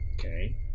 Okay